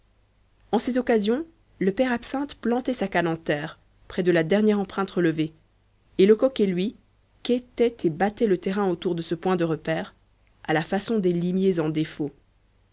en ces occasions le père absinthe plantait sa canne en terre près de la dernière empreinte relevée et lecoq et lui quêtaient et battaient le terrain autour de ce point de repaire à la façon des limiers en défaut